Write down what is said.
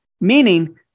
Meaning